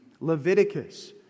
Leviticus